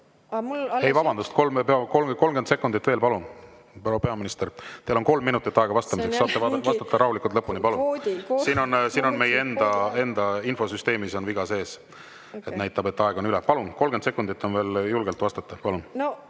Ei, vabandust, 30 sekundit on veel. Palun! Proua peaminister, teil oli kolm minutit aega vastamiseks. Saate vastata rahulikult lõpuni. Meie enda infosüsteemis on viga sees, see näitab, et aeg on üle, aga 30 sekundit on veel julgelt aega vastata. Palun!